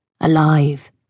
Alive